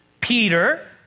Peter